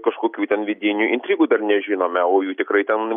kažkokių ten vidinių intrigų dar nežinome o jų tikrai ten